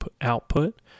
output